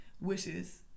wishes